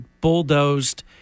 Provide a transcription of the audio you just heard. bulldozed